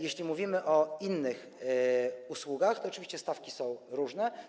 Jeśli mówimy o innych usługach, to oczywiście stawki są różne.